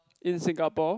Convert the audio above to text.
in Singapore